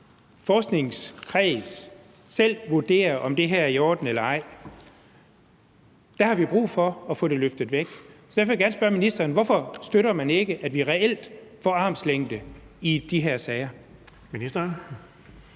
forskningsfelt vurderer, om det her er i orden eller ej? Der har vi brug for at få det løftet væk. Derfor vil jeg gerne spørge ministeren: Hvorfor støtter man ikke, at vi reelt får armslængde i de her sager?